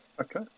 Okay